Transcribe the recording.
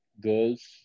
girls